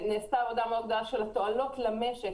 נעשתה עבודה מאוד גדולה בעניין התועלות למשק.